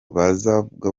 bazavuga